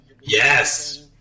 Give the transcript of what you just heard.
Yes